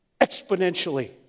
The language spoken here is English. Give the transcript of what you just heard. exponentially